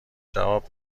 جواب